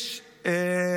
איזו